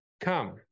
come